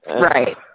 Right